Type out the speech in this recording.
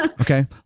Okay